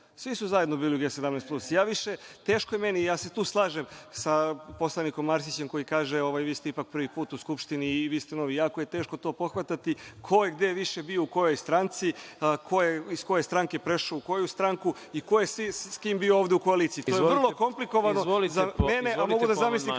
Svi su zajedno bili u G17plus. Teško je meni i tu se slažem sa poslanikom Arsićem koji kaže – vi ste ipak prvi put u Skupštini i vi ste novi. Jako je teško to pohvatati ko je gde više bio u kojoj stranci, ko je iz koje stranke prešao u koju stranku i ko je s kim bio ovde u koaliciji. To je vrlo komplikovano za mene, a mogu da zamislim kako